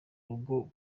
rugo